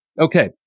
Okay